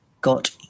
got